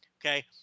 okay